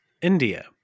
India